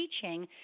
teaching